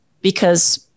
because-